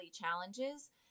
challenges